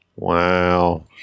Wow